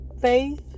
faith